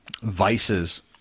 vices